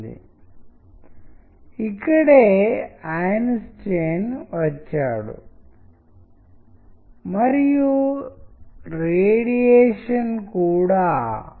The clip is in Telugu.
మరియు ముందుగా లేయర్ లను చూడటం మొదలుపెడితే దీనితో ప్రారంబిస్తే మొదటిగా టెక్స్ట్ లేదా విజువల్స్ ఆపై మరొకటి